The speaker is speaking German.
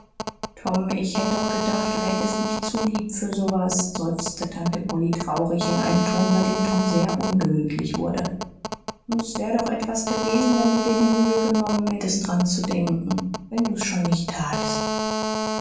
tom ich hätt doch gedacht du hättst mich zu lieb für so was seufzte tante polly traurig in einem ton bei dem tom sehr ungemütlich wurde s wär doch etwas gewesen wenn du dir die mühe genommen hättst dran zu denken wenn du's schon nicht tatst